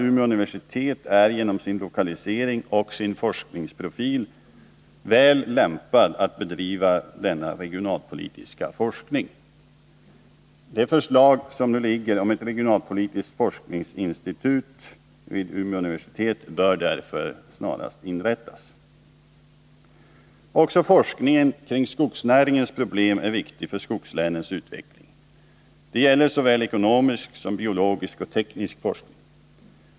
Umeå universitet är genom sin lokalisering och forskningsprofil väl lämpat att bedriva denna regionalpolitiska forskning. Det föreslagna regionalpolitiska forskningsinstitutet bör därför snarast inrättas. Också forskningen kring skogsnäringens problem är viktig för skogslänens utveckling. Det gäller såväl ekonomisk som biologisk och teknisk forskning.